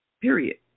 period